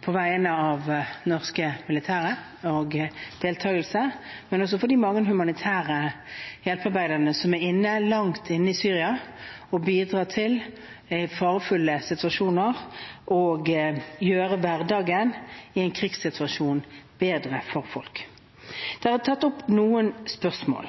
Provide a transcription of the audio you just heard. på vegne av det norske militæret, og de mange humanitære hjelpearbeiderne som er langt inne i Syria og bidrar til, i farefulle situasjoner, å gjøre hverdagen i en krigssituasjon bedre for folk. Det er tatt opp noen spørsmål.